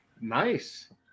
Nice